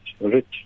rich